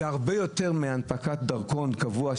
זה הרבה יותר מהנפקת דרכון קבוע,